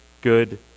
good